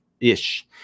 ish